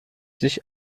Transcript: sich